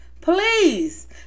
please